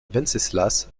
venceslas